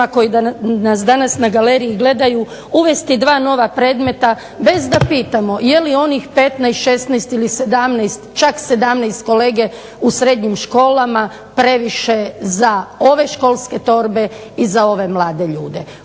koji nas danas na galeriji gledaju uvesti dva nova predmeta bez da pitamo je li onih 15, 16 ili 17, čak 17 kolege u srednjim školama previše za ove školske torbe i za ove mlade ljude.